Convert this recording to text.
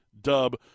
Dub